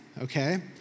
Okay